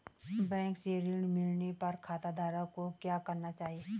Bank से ऋण मिलने पर खाताधारक को क्या करना चाहिए?